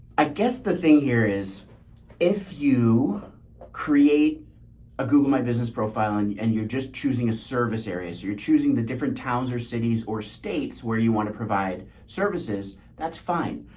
i guess the thing here is if you create a google my business profile on you and you're just choosing a service area, so you're choosing the different towns or cities or states where you want to provide services, that's fine.